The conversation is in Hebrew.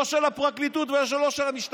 לא של הפרקליטות ולא של המשטרה.